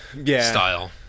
style